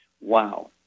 Wow